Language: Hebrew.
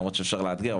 למרות שאפשר לאתגר,